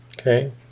Okay